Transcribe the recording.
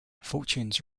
fortunes